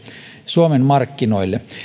suomen markkinoille